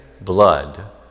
blood